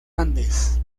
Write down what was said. andes